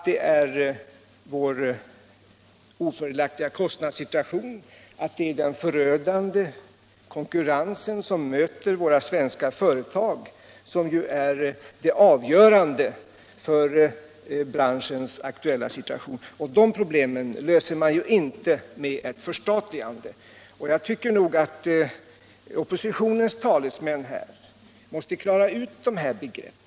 Det är vår ofördelaktiga kostnadssituation och den förödande konkurrens som möter svenska företag, som är det avgörande för branschens aktuella situation, och de problemen löser man inte med ett förstatligande. Jag tycker att oppositionens talesmän måste klara ut dessa begrepp.